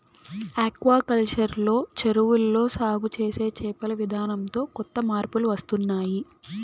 aquaculture లో చెరువుల్లో సాగు చేసే చేపల విధానంతో కొత్త మార్పులు వస్తున్నాయ్